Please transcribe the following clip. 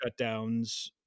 shutdowns